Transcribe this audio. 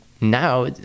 now